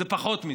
זה פחות מזה,